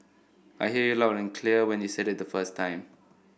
I heard you loud and clear when you said it the first time